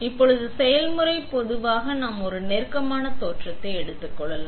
இப்போது செயல்முறை மெதுவாக நாம் ஒரு நெருக்கமான தோற்றத்தை எடுத்து கொள்ளலாம்